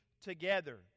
together